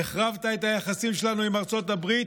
החרבת את היחסים שלנו עם ארצות הברית,